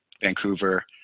Vancouver